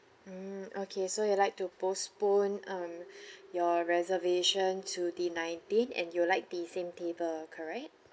mm okay so you'd like to postpone um your reservation to the nineteenth and you'd like the same table correct